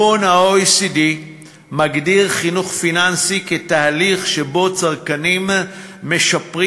ה-OECD מגדיר חינוך פיננסי כתהליך שבו צרכנים משפרים